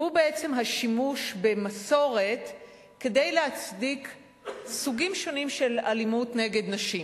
והוא בעצם השימוש במסורת כדי להצדיק סוגים שונים של אלימות נגד נשים.